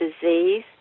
disease